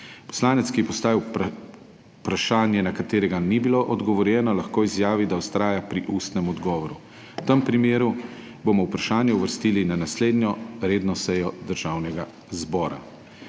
Poslanec, ki je postavil vprašanje, na katero ni bilo odgovorjeno, lahko izjavi, da vztraja pri ustnem odgovoru. V tem primeru bomo vprašanje uvrstili na naslednjo redno sejo Državnega zbora.